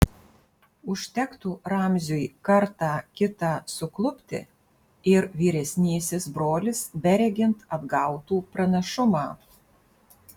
užtektų ramziui kartą kitą suklupti ir vyresnysis brolis beregint atgautų pranašumą